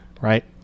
right